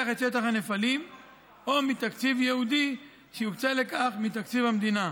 את שטח הנפלים או מתקציב ייעודי שיוקצה לכך מתקציב המדינה.